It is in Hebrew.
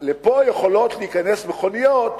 לפה יכולות להיכנס מכוניות